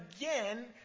again